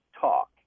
talk